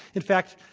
in fact,